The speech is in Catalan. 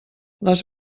les